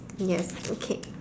yes okay